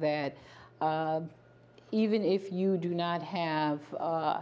that even if you do not have